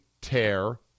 tear